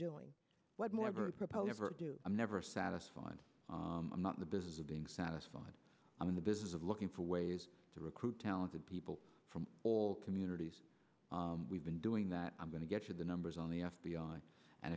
do i'm never satisfied i'm not in the business of being satisfied i'm in the business of looking for ways to recruit talented people from all communities we've been doing that i'm going to get you the numbers on the f b i and